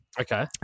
Okay